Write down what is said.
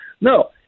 No